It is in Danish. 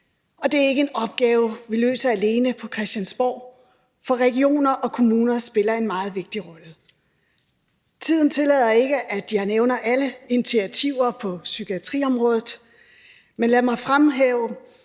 og det er ikke en opgave, vi løser alene på Christiansborg, for regionerne og kommunerne spiller en meget vigtig rolle. Tiden tillader ikke, at jeg nævner alle initiativer på psykiatriområdet, men lad mig fremhæve,